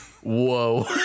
Whoa